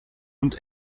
und